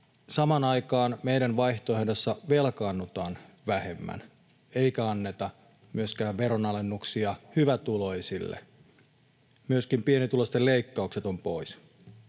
Samaan aikaan meidän vaihtoehdossa velkaannutaan vähemmän eikä anneta myöskään veronalennuksia hyvätuloisille. Myöskin pienituloisten leikkaukset ovat poissa.